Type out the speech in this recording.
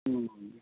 হুম হুম